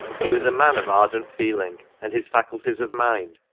he was a man of ardent feeling, and his faculties of mind,